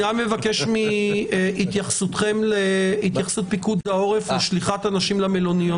אני מבקש את התייחסות פיקוד העורף לגבי שליחת אנשים למלוניות.